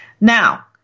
Now